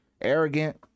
arrogant